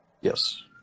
Yes